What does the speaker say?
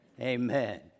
Amen